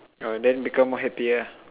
uh then become more happier ah